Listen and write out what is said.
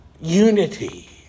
unity